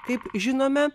kaip žinome